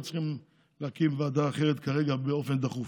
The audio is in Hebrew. לא צריכים להקים ועדה אחרת כרגע באופן דחוף.